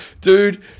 Dude